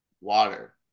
Water